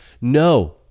No